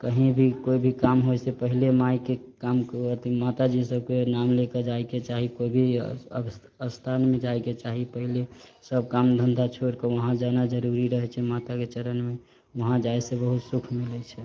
कही भी कोइ भी काम होइ से पहिले माइ के काम अथि माता जी सबके नाम लैके जाइके चाही कोइ भी अस्थान मे जाइके चाही पहिले सब काम धन्धा छोइर कऽ वहाँ जाना जरुरी रहै छै माता के चरण मे वहाँ जाइ से बहुत सुख मिलै छै